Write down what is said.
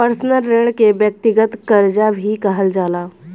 personal ऋण के व्यक्तिगत करजा भी कहल जाला